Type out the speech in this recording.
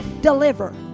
deliver